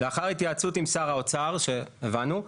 לאחר התייעצות עם שר האוצר, שהבנו.